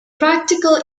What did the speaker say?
practical